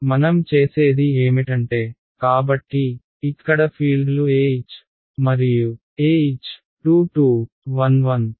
మనం చేసేది ఏమిటంటే కాబట్టి ఇక్కడ ఫీల్డ్లు EH మరియు EH 22 11